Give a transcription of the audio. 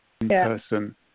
in-person